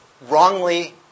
wrongly